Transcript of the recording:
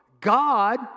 God